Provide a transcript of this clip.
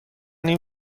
این